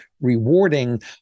rewarding